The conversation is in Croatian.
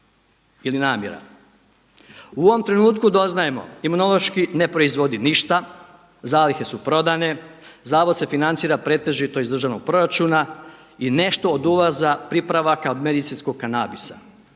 ili namjera? U ovom trenutku doznajemo Imunološki ne proizvodi ništa, zalihe su prodane. Zavod se financira pretežito iz državnog proračuna i nešto od ulaza pripravaka od medicinskog kanabisa.